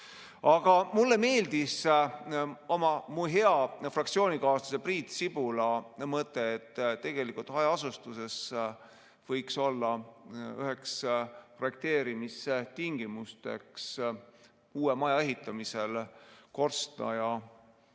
Mulle meeldis mu hea fraktsioonikaaslase Priit Sibula mõte, et tegelikult hajaasustuses võiks olla üheks projekteerimise tingimuseks uue maja ehitamisel korstnaga